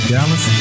Dallas